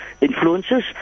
influences